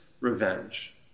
revenge